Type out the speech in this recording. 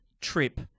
Trip